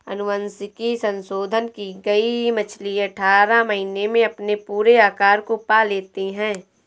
अनुवांशिक संशोधन की गई मछली अठारह महीने में अपने पूरे आकार को पा लेती है